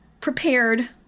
prepared